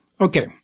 Okay